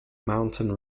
mountain